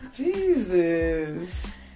Jesus